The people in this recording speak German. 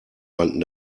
rannten